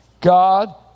God